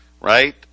Right